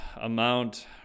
amount